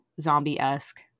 zombie-esque